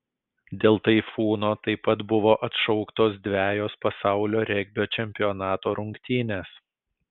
dėl taifūno taip pat buvo atšauktos dvejos pasaulio regbio čempionato rungtynės